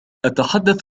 أتحدث